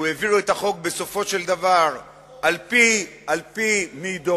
הוא העביר את החוק בסופו של דבר על-פי מידותיו,